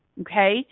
Okay